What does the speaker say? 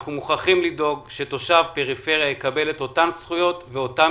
אנחנו מוכרחים לדאוג שתושב פריפריה יקבל את אותן זכויות ואותם